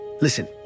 Listen